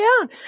down